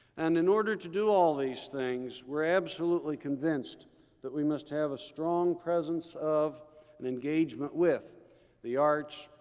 and in order to do all these things, we're absolutely convinced that we must have a strong presence of and engagement with the arts,